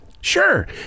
Sure